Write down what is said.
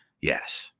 Yes